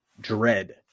Dread